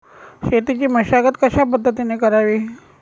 शेतीची मशागत कशापद्धतीने करावी?